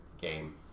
game